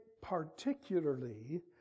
particularly